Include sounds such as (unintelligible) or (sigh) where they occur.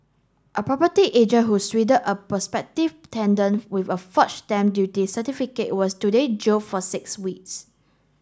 a property agent who swindled a prospective (unintelligible) with a forged stamp duty certificate was today jail for six weeks